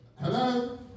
Hello